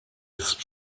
ist